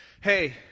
hey